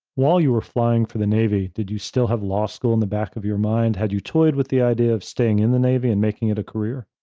while you were flying for the navy, did you still have law school in the back of your mind, had you toyed with the idea of staying in the navy and making it a career?